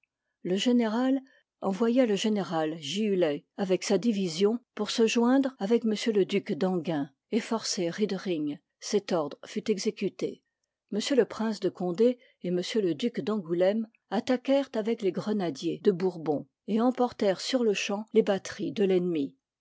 le général envoya le général giulay avec sa division pour se oindre avec m le duc d'enghien et forcer riedering cet ordre fut exécuté rpaax m le prince de condé et m le duc d'an gouléme attaquèrent avec les grenadiers de bourbon et emportèrent sur-le-champ les batteries de l'ennemi